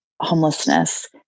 homelessness